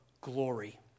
glory